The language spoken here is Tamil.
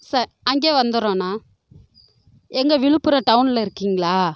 ச அங்கே வந்திர்றோண்ணா எங்கே விழுப்புரம் டவுனில் இருக்கிங்ளா